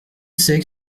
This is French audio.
c’est